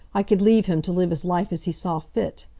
i could leave him to live his life as he saw fit.